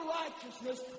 righteousness